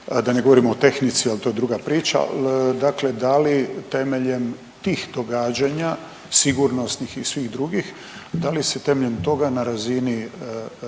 da ne govorimo o tehnici jel to je druga priča. Dakle, da li temeljem tih događanja sigurnosnih i svih drugih da li se temeljem toga na razini pristupa